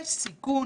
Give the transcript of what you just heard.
יש סיכון,